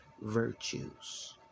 virtues